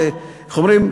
ואיך אומרים,